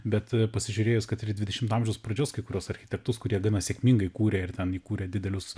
bet pasižiūrėjus kad ir į dvidešimto amžiaus pradžios kai kuriuos architektus kurie gana sėkmingai kūrė ir ten įkūrė didelius